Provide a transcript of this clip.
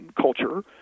culture